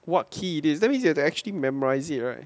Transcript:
what key it is that means you have to actually memorize it right